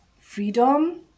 freedom